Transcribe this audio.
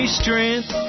strength